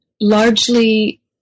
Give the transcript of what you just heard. largely